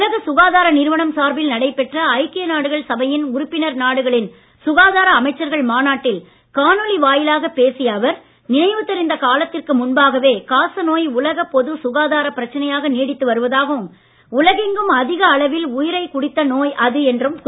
உலக சுகாதார நிறுவனம் சார்பில் நடைபெற்ற ஐக்கிய நாடுகள் சபையின் உறுப்பினர் நாடுகளின் சுகாதார அமைச்சர்கள் மாநாட்டில் காணொலி வாயிலாகப் பேசிய அவர் நினைவு தெரிந்த காலத்திற்கு முன்பாகவே காசநோய் உலக பொது சுகாதாரப் பிரச்சனையாக நீடித்து வருவதாகவும் உலகெங்கும் அதிக அளவில் உயிரைக் குடித்த நோய் என்றும் குறிப்பிட்டார்